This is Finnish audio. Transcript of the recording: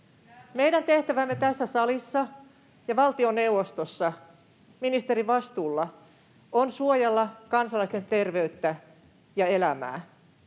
Meidän tehtävämme tässä salissa ja valtioneuvostossa ministerin vastuulla on suojella kansalaisten terveyttä ja elämää.